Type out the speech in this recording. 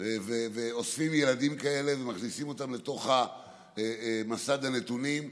ואוספים ילדים כאלה, ומכניסים אותם למסד הנתונים.